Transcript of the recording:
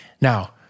Now